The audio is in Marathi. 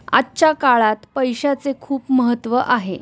आजच्या काळात पैसाचे खूप महत्त्व आहे